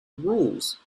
rules